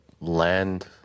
Land